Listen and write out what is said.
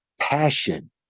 passion